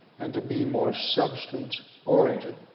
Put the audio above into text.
and to be more substance oriented,